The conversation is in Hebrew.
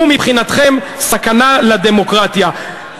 הוא מבחינתכם סכנה לדמוקרטיה.